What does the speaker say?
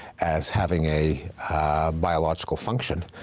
as having a biological function,